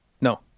No